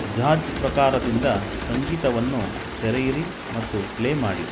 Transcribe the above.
jazz ಪ್ರಕಾರದಿಂದ ಸಂಗೀತವನ್ನು ತೆರೆಯಿರಿ ಮತ್ತು ಪ್ಲೇ ಮಾಡಿ